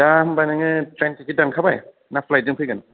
दा होनबा नोङो ट्रेन थिखिद दानखाबाय ना फ्लाइथजों फैगोन